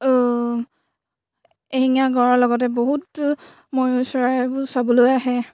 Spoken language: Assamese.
এশিঙীয়া গঁড়ৰ লগতে বহুত ময়ূৰ চৰাই এইবোৰ চাবলৈ আহে